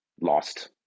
lost